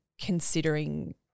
considering